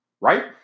right